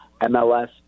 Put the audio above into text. mls